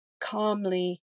calmly